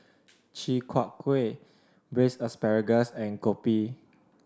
Chi Kak Kuih Braised Asparagus and Kopi